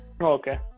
okay